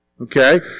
Okay